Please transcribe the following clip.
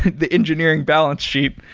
the engineering balance sheet?